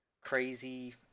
crazy